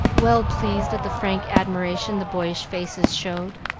well pleased at the frank admiration the boyish faces showed.